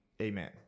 amen